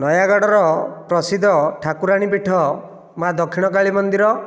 ନୟାଗଡ଼ର ପ୍ରସିଦ୍ଧ ଠାକୁରାଣୀ ପୀଠ ମାଁ ଦକ୍ଷିଣକାଳୀ ମନ୍ଦିର